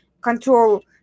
control